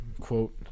quote